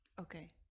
okay